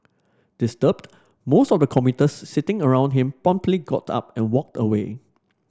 disturbed most of the commuters sitting around him promptly got up and walked away